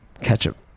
ketchup